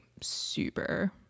super